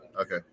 Okay